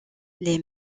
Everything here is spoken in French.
les